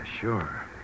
Sure